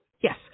Yes